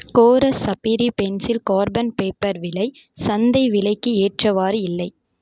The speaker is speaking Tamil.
கோரஸ் சஃபிரி பென்சில் கார்பன் பேப்பர் விலை சந்தை விலைக்கு ஏற்றவாறு இல்லை